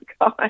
God